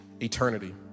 eternity